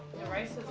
the rice?